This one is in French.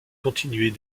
continuait